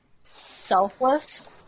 selfless